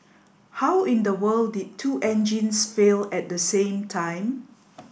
how in the world did two engines fail at the same time